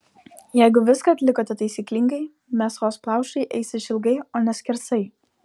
jeigu viską atlikote taisyklingai mėsos plaušai eis išilgai o ne skersai